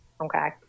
Okay